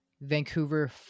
Vancouver